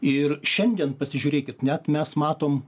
ir šiandien pasižiūrėkit net mes matom